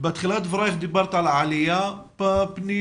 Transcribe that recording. בתחילת דברייך דיברת על עלייה בפניות,